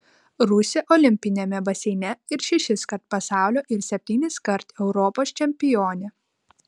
rusė olimpiniame baseine ir šešiskart pasaulio ir septyniskart europos čempionė